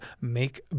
make